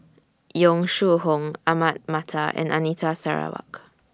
Yong Shu Hoong Ahmad Mattar and Anita Sarawak